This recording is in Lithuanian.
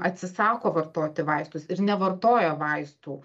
atsisako vartoti vaistus ir nevartoja vaistų